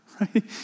right